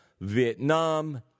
Vietnam